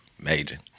Major